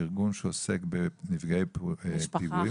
ארגון שעוסק בנפגעי פעולות איבה.